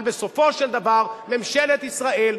אבל בסופו של דבר ממשלת ישראל,